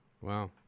Wow